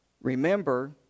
remember